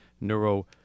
Neuro